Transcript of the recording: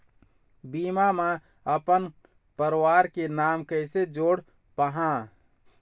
बीमा म अपन परवार के नाम कैसे जोड़ पाहां?